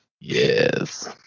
Yes